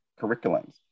curriculums